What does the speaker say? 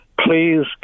please